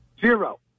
Zero